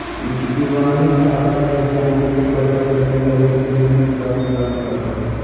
इबानी खाता पहचान के लिए पर्याप्त लचीला लेकिन नियमित प्रारूप लागू करता है